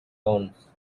loans